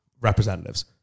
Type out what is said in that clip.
representatives